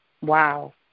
Wow